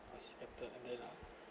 I was the captain and then uh